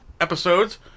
episodes